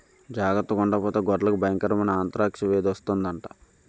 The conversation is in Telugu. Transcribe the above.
జార్తగుండకపోతే గొడ్లకి బయంకరమైన ఆంతరాక్స్ వేది వస్తందట